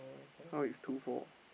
how is two four